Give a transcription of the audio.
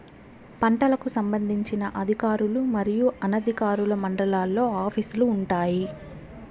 పంటలకు సంబంధించిన అధికారులు మరియు అనధికారులు మండలాల్లో ఆఫీస్ లు వుంటాయి?